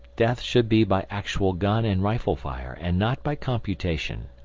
death should be by actual gun and rifle-fire and not by computation.